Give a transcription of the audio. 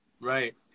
Right